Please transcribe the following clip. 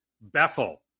Bethel